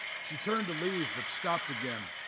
she turned to leave but stopped again.